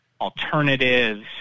alternatives